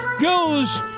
goes